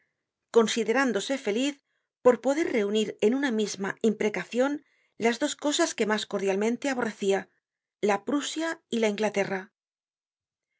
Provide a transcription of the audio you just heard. considerándose feliz por poder reunir en una misma imprecacion las dos cosas que mas cordialmente aborrecía la prusia y la inglaterra